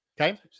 okay